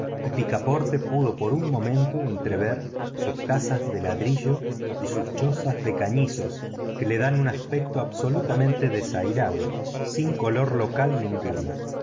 y picaporte pudo por un momento entrever sus casas de ladrillo y sus chozas de cañizos que le dan un aspecto absolutamente desairado sin color local